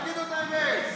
תגידו את האמת.